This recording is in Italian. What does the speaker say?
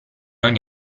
ogni